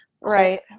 Right